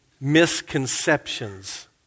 misconceptions